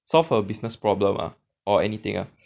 solve a business problem lah or anything ah